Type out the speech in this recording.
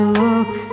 look